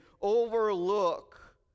overlook